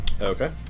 okay